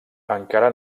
encara